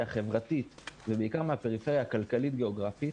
החברתית ובעיקר מהפריפריה הכלכלית-גיאוגרפית